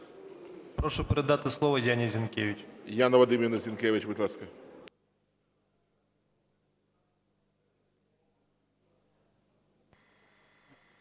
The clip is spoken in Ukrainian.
Прошу передати слово Яні Зінкевич. ГОЛОВУЮЧИЙ. Яна Вадимівна Зінкевич, будь ласка.